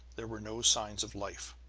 there were no signs of life.